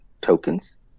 tokens